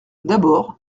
d’abord